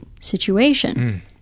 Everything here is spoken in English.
situation